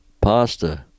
pasta